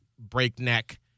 breakneck